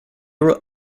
were